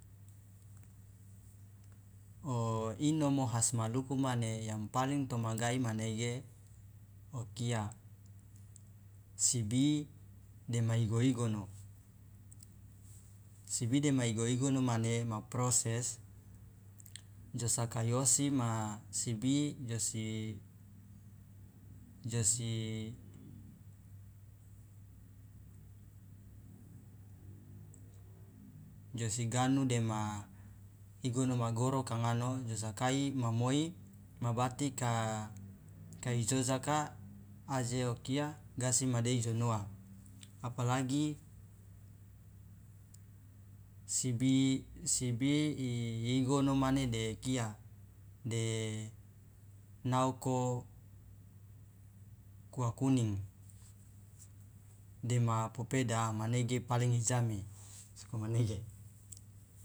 O inomo has maluku mane yang paling tomagae manege okia sibi dema igo- igono sibi dema igo- igono mane ma proses jo sakai osi ma sibi josi josi josi ganu dema igono ma goro jo sakai ma moi ma batika kai jojaka aje okia gasi madei jo noa apalagi sibi sibi igono mane de kia de naoko kua kuning dema popeda amanege paling ijame sokomanege.